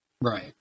Right